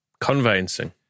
conveyancing